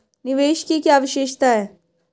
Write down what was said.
निवेश की क्या विशेषता है?